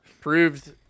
Proved